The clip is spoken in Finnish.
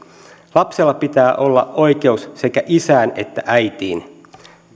lapsella pitää olla oikeus sekä isään että äitiin